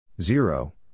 zero